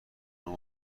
نام